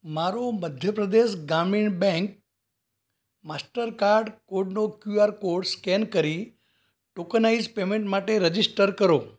મારો મધ્ય પ્રદેશ ગ્રામીણ bank Mastercard કોડનો ક્યૂ આર કોડ સ્કૅન કરી ટોકનાઈઝ્ડ પેમૅન્ટ માટે રજિસ્ટર કરો